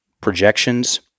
projections